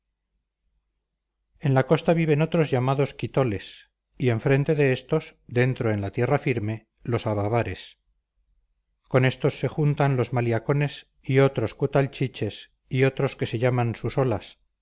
en la costa viven otros llamados quitoles y enfrente de éstos dentro en la tierra firme los avavares con éstos se juntan los maliacones y otros cutalchiches y otros que se llaman susolas